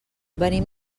venim